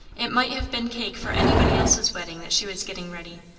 it might have been cake for anybody else's wedding that she was getting ready,